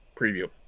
preview